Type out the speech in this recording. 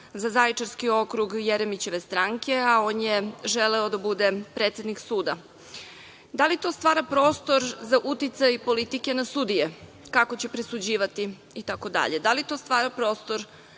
za Zaječarski okrug Jeremićeve stranke, a on je želeo da bude predsednik suda. Da li to stvara prostor za uticaj politike na sudije, kako će presuđivati, itd? Da li to stvara prostor